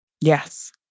Yes